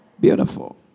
Beautiful